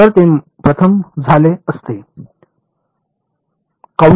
तर ते प्रथम झाले असते आणि